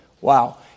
Wow